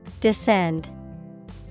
Descend